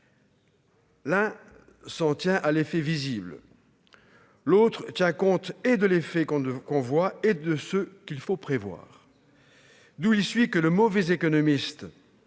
L'un s'en tient à l'effet visible l'autre tient compte et de l'effet qu'on ne qu'on voit et de ce qu'il faut prévoir d'où il suit que le mauvais économiste